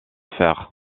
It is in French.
fers